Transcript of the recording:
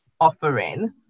offering